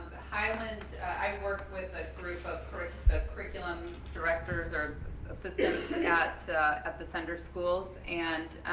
highland, i've worked with a group of group of curriculum directors or assistants like at at the sender schools and